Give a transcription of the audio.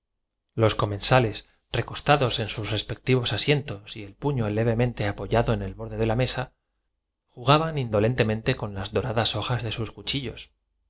los comensales recostados en sus respectivos asientos y el puño leve que estaba abis mado en alguna fantástica contemplación de lo venidero o mente apoyado en el borde de la mesa jugaban indolentemente con las de lo pa sado después de contemplar doradas hojas de sus cuchillos